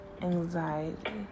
anxiety